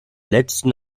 letzten